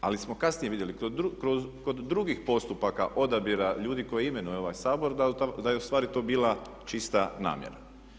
Ali smo kasnije vidjeli kod drugih postupaka odabira ljudi koje imenuje ovaj Sabor da je ustvari to bila čista namjera.